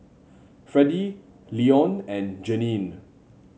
Freddy Leone and Jeannine